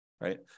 right